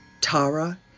Tara